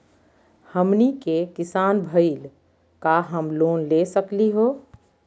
हमनी के किसान भईल, का हम लोन ले सकली हो?